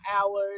hours